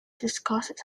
discusses